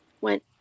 went